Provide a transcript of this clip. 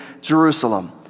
Jerusalem